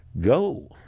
go